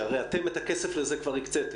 שהרי אתם את הכסף לזה כבר הקצתם.